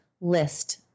list